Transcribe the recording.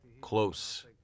close